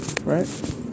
Right